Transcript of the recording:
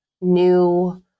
new